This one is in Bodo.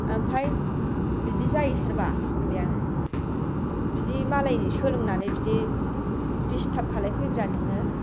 ओमफाय बिदि जायो सोरबा होनबाय आङो बिदि मालायजों सोलोंनानै बिदि दिस्ताब खालायफैग्रा नोङो